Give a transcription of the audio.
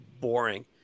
boring